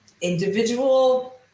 individual